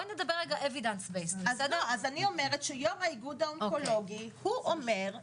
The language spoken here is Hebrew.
יו"ר האיגוד האונקולוגי אומר,